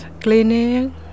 Cleaning